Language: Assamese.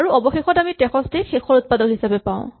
আৰু অৱশেষত আমি ৬৩ ক শেষৰ উৎপাদক হিচাপে পাওঁ